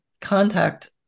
contact